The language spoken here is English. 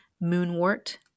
moonwort